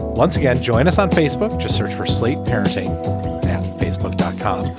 once again, join us on facebook. just search for slate terracing facebook dot com,